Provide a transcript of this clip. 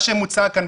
מה שמוצע כאן,